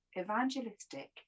evangelistic